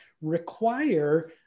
require